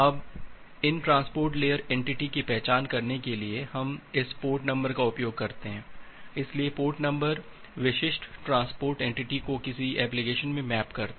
अब इन transport layer entity की पहचान करने के लिए हम इस पोर्ट नंबर का उपयोग करते हैं इसलिए पोर्ट नंबर विशिष्ट ट्रांसपोर्ट एंटिटी को किसी विशेष एप्लिकेशन में मैप करता है